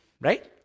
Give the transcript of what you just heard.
right